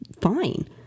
fine